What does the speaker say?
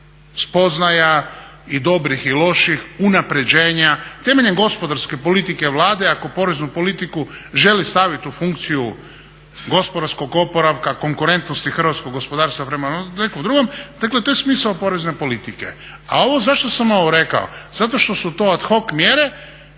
spoznaja i dobrih i loših, unapređenja, temeljem gospodarske politike Vlade ako poreznu politiku želi staviti u funkciju gospodarskog oporavka konkurentnosti hrvatskog gospodarstva prema nekom drugom. Dakle, to je smisao porezne politike. A ovo zašto sam ovo rekao, zato što su to ad hoc mjere